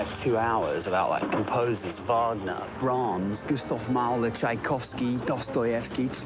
two hours about, like, composers wagner, brahms, gustav mahler, tchaikovsky, dostoyevsky.